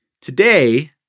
Today